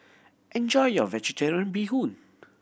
enjoy your Vegetarian Bee Hoon